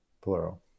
plural